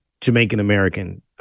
Jamaican-American